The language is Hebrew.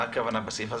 מה כוונה בסעיף הזה?